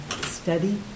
study